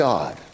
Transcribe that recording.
God